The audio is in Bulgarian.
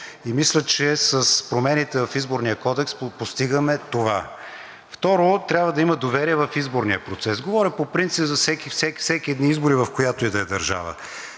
и мисля, че с промените в Изборния кодекс постигаме това. Второ, трябва да има доверие в изборния процес. Говоря по принцип за всеки едни избори в която и да е държава.